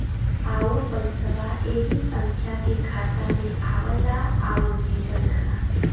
आउर पइसवा ऐही संख्या के खाता मे आवला आउर भेजल जाला